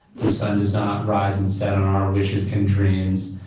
the sun does not rise and set on our wishes and dreams,